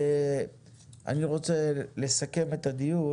אני רוצה לסכם את הדיון.